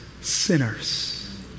sinners